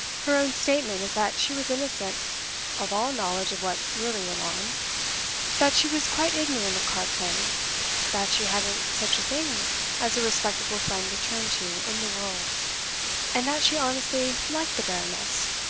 her own statement is that she was innocent of all knowledge of what really went on that she was quite ignorant of card-playing that she hadn't such a thing as a respectable friend to turn to in the world and that she honestly liked the baroness,